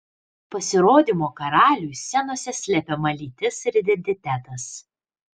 pasirodymo karaliui scenose slepiama lytis ir identitetas